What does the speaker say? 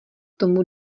tomu